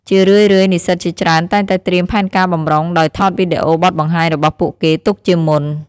ជារឿយៗ និស្សិតជាច្រើនតែងតែត្រៀមផែនការបម្រុង ដោយថតវីដេអូបទបង្ហាញរបស់ពួកគេទុកជាមុន។